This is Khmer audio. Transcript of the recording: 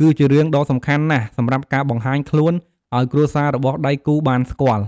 គីជារឿងដ៏សំខាន់ណាស់សម្រាប់ការបង្ហាញខ្លនឲ្យគ្រួសាររបស់ដៃគូបានស្គាល់។